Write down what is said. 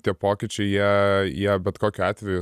tie pokyčiai jie jie bet kokiu atveju